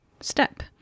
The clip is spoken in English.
step